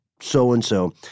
so-and-so